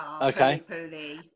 Okay